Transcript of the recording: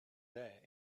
there